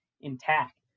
intact